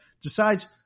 decides